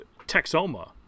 Texoma